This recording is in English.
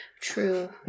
True